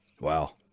Wow